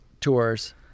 tours